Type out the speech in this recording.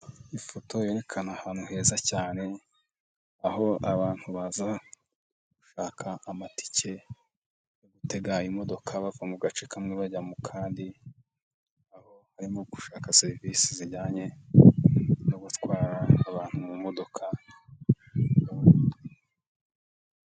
Ifoto yerekana ahantu heza cyane aho abantu baza gushaka amatike yo gutega imodoka bava mu gace kamwe bajya mu kandi aho barimo gushaka serivisi zijyanye no gutwara abantu mu modoka.